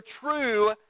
true